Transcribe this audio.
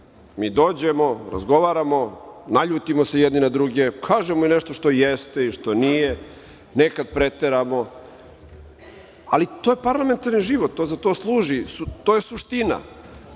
Mi dođemo, razgovaramo, naljutimo se jedni na druge, kažemo nešto što jeste i što nije, nekad preteramo, ali to je parlamentarni život, to za to služi, to je suština.